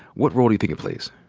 what role do you think it plays?